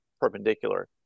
perpendicular